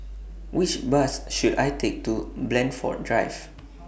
Which Bus should I Take to Blandford Drive